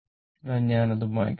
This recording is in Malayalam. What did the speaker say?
അതിനാൽ ഞാൻ അത് മായ്ക്കട്ടെ